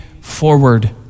forward